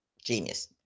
genius